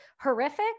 horrific